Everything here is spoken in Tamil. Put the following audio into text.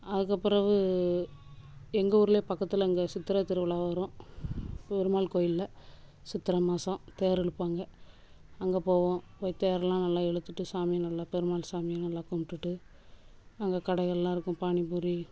அதுக்கு பிறகு எங்கள் ஊர்லேயே பக்கத்தில் இங்கே சித்திரை திருவிழா வரும் பெருமாள் கோயில்ல சித்திரை மாதம் தேர் இழுப்பாங்க அங்கே போவோம் போய் தேர்லாம் நல்லா இழுத்துட்டு சாமியை நல்லா பெருமாள் சாமியை நல்லா கும்பிடுட்டு அங்கே கடைகள்லாம் இருக்கும் பானிபூரி